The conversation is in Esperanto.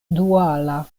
duala